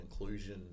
inclusion